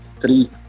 Three